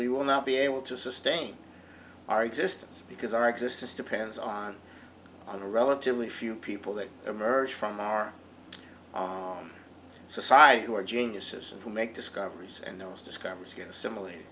we will not be able to sustain our existence because our existence depends on a relatively few people that emerge from our society who are geniuses and who make discoveries and those discoveries